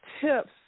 tips